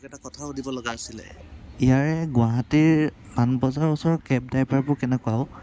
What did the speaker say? তোক এটা কথা সুধিব লগা আছিলে ইয়াৰে গুৱাহাটীৰ পানবজাৰৰ ওচৰৰ কেব ড্ৰাইভাৰবোৰ কেনেকুৱা অঁ